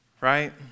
right